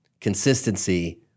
consistency